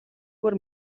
бүр